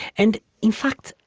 and in fact,